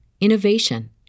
innovation